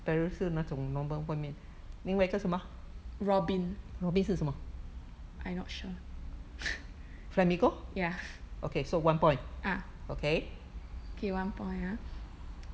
robin I not sure ya ah okay one point ah